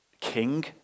King